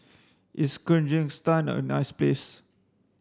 is Kyrgyzstan a nice place